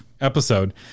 episode